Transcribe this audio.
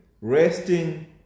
resting